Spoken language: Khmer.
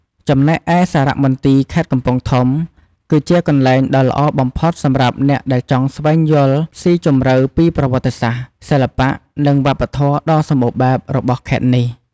ចំណែកឯសារមន្ទីរខេត្តកំពង់ធំ គឺជាកន្លែងដ៏ល្អបំផុតសម្រាប់អ្នកដែលចង់ស្វែងយល់ស៊ីជម្រៅពីប្រវត្តិសាស្ត្រ សិល្បៈ និងវប្បធម៌ដ៏សម្បូរបែបរបស់ខេត្តនេះ។